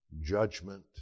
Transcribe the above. judgment